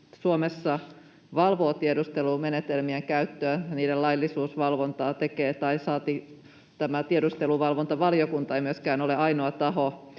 Suomessa valvoo tiedustelumenetelmien käyttöä, tekee niiden laillisuusvalvontaa, eikä tämä tiedusteluvalvontavaliokunta myöskään ole ainoa taho,